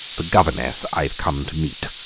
the governess i've come to meet,